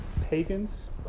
pagans